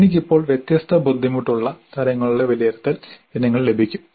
എനിക്ക് ഇപ്പോൾ വ്യത്യസ്ത ബുദ്ധിമുട്ടുള്ള തലങ്ങളുടെ വിലയിരുത്തൽ ഇനങ്ങൾ ലഭിക്കും